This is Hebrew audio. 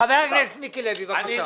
חבר הכנסת מיקי לוי, בבקשה.